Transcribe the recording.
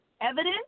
Evidence